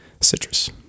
Citrus